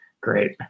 great